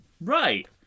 Right